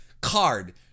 card